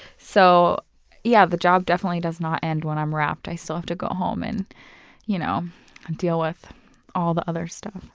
so yeah the job definitely does not end when i'm wrapped. i still have to go home and you know deal with all the other stuff.